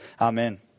amen